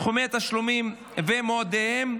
סכומי תשלומים ומועדיהם),